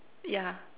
yeah